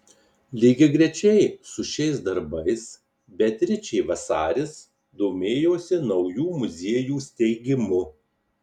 lygiagrečiai su šiais darbais beatričė vasaris domėjosi naujų muziejų steigimu